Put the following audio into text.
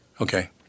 Okay